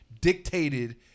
dictated